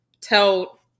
tell